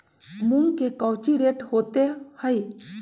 मूंग के कौची रेट होते हई?